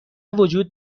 وجود